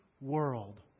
world